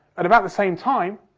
at about the same time,